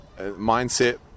mindset